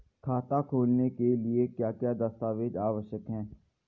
खाता खोलने के लिए क्या क्या दस्तावेज़ आवश्यक हैं?